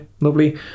Lovely